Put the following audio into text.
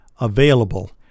available